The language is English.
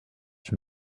from